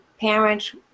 parents